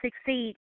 succeed